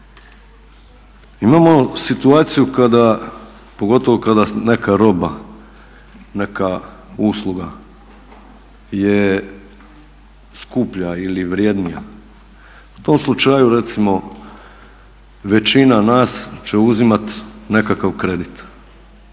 Imamo situaciju kada, pogotovo kada neka roba, neka usluga je skuplja ili vrjednija, u tom slučaju recimo većina nas će uzimat nekakav kredit